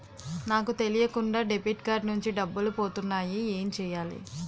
నాకు తెలియకుండా debit card నుంచి డబ్బులు పోతున్నాయి ఎం చెయ్యాలి?